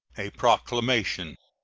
a proclamation.